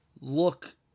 look